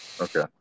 Okay